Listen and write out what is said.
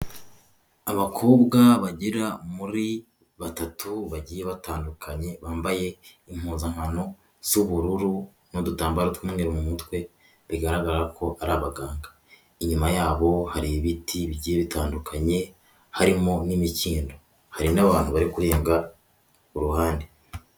Abakobwa bagera muri batatu bagiye batandukanye bambaye impuzankano z'ubururu n'udutambaro tw'umweru mu mutwe bigaragara ko ari abaganga. Inyuma yabo hari ibiti bigiye bitandukanye harimo n'imikindo hari n'abantu bari kurenga ku ruhande.